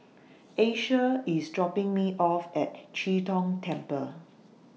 Asia IS dropping Me off At Chee Tong Temple